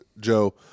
Joe